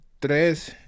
tres